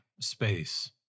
space